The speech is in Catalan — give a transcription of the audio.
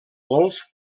golf